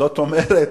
זאת אומרת,